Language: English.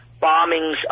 bombings